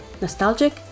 nostalgic